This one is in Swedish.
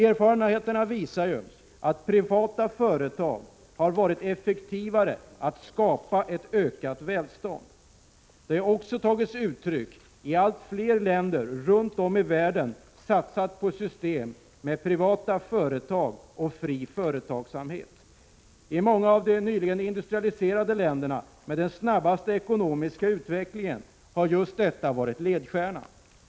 Erfarenheterna visar ju att privata företag har varit effektivare än statliga när det gäller att skapa ett ökat välstånd. Detta har också tagit sig uttryck i att allt fler länder runt om i världen satsat på ett system med privata företag och fri företagsamhet. I många av de nyligen industrialiserade länderna med den snabbaste 51 ekonomiska utvecklingen har just detta varit ledstjärnan.